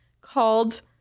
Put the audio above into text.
called